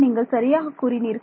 நீங்கள் சரியாக கூறினீர்கள்